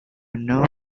know